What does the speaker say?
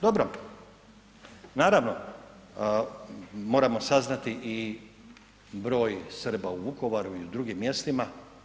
Dobro, naravno moramo saznati i broj Srba u Vukovaru i u drugim mjestima.